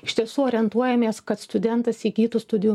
iš tiesų orientuojamės kad studentas įgytų studijų